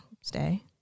stay